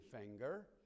finger